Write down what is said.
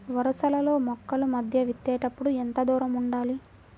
వరసలలో మొక్కల మధ్య విత్తేప్పుడు ఎంతదూరం ఉండాలి?